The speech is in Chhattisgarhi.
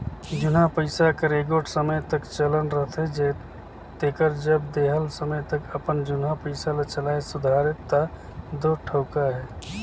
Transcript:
जुनहा पइसा कर एगोट समे तक चलन रहथे तेकर जब देहल समे तक अपन जुनहा पइसा ल चलाए सुधारे ता दो ठउका अहे